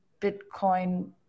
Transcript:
Bitcoin